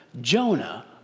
Jonah